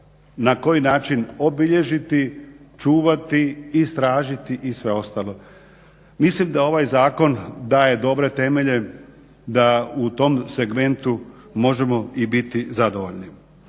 na koji način obilježiti, čuvati, istražiti i sve ostalo. Mislim da ovaj zakon daje dobre temelje da u tom segmentu možemo i biti zadovoljni.